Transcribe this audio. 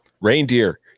Reindeer